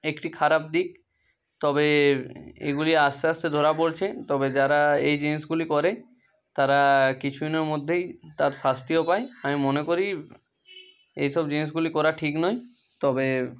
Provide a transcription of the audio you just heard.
একটি খারাপ দিক তবে এগুলি আস্তে আস্তে ধরা পড়ছে তবে যারা এই জিনিসগুলি করে তারা কিছু দিনের মধ্যেই তার শাস্তিও পায় আমি মনে করি এইসব জিনিসগুলি করা ঠিক নয় তবে